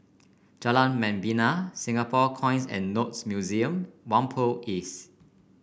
Jalan Membina Singapore Coins and Notes Museum Whampoa East